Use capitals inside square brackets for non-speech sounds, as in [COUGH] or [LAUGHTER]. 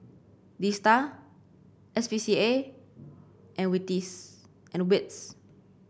DSTA S P C A and [UNINTELLIGIBLE] and WITS